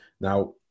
Now